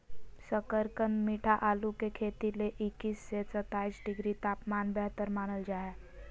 शकरकंद मीठा आलू के खेती ले इक्कीस से सत्ताईस डिग्री तापमान बेहतर मानल जा हय